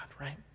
right